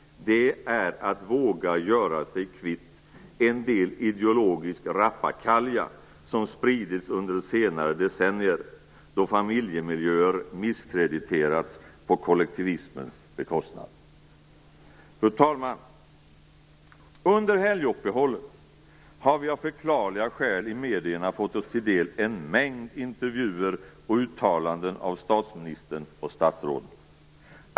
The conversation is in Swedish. Det är att våga göra sig kvitt en del ideologisk rappakalja som har spridits under senare decennier, då familjemiljöer har misskrediterats genom kollektivismen. Fru talman! Under helguppehållet har vi av förklarliga skäl via medierna fått oss till del en mängd intervjuer och uttalanden av statsministern och statsråden.